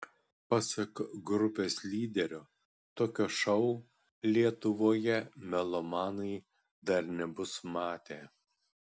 pasak grupės lyderio tokio šou lietuvoje melomanai dar nebus matę